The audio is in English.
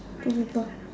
two ripple